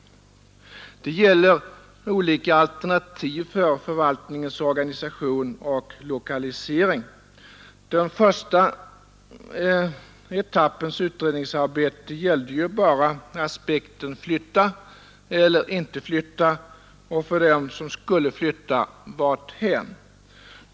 Det gäller olika alternativ för förvaltningens organisation och lokalisering. Den första etappens utredningsarbete gällde ju bara aspekten flytta eller inte flytta och för dem som skulle flytta: varthän?